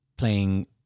playing